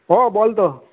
हो बोलतो